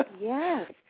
Yes